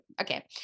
okay